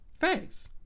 Thanks